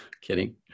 kidding